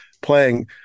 playing